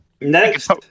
Next